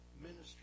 ministry